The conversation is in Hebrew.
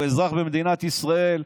הוא אזרח במדינת ישראל,